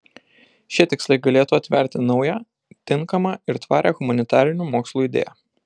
šie tikslai galėtų atverti naują tinkamą ir tvarią humanitarinių mokslų idėją